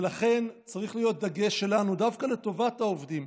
ולכן, צריך להיות דגש שלנו דווקא לטובת העובדים,